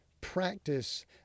practice